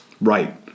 Right